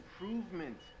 improvement